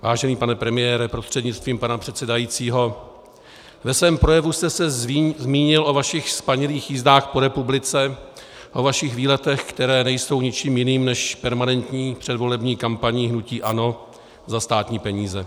Vážený pane premiére prostřednictvím pana předsedajícího, ve svém projevu jste se zmínil o vašich spanilých jízdách po republice, o vašich výletech, které nejsou ničím jiným než permanentní předvolební kampaní hnutí ANO za státní peníze.